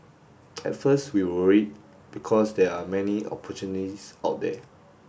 at first we were worried because there are many opportunists out there